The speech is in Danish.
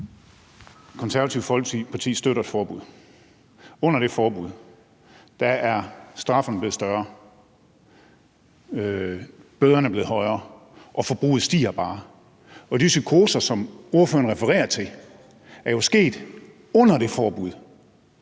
Konservative Folkeparti støtter et forbud. Under det forbud er straffene blevet højere, bøderne er blevet større, og forbruget stiger bare. Og de psykoser, som ordføreren refererer til, har jo fundet sted under det forbud,